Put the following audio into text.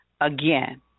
again